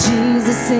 Jesus